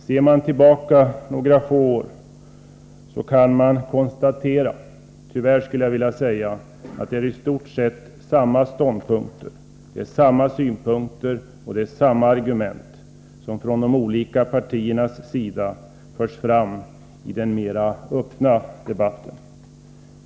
Ser man tillbaka några få år kan man konstatera — tyvärr, skulle jag vilja säga — att det är i stort sett samma ståndpunkter, samma synpunkter och samma argument som från de olika partiernas sida förs fram i den mera öppna debatten.